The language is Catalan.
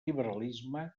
liberalisme